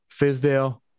Fizdale